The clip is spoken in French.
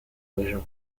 région